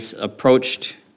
approached